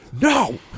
no